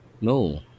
No